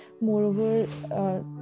Moreover